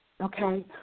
okay